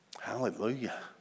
Hallelujah